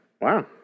Wow